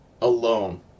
alone